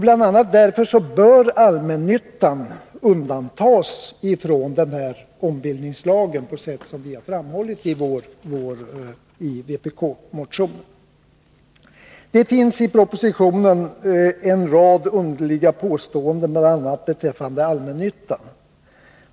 Bl.a. därför bör ”allmännyttan”, på sätt som vi har föreslagit i vpbk-motionen, undantas från ombildningslagen. Det finns i propositionen en rad underliga påståenden, bl.a. beträffande ”allmännyttan”.